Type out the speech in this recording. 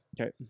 Okay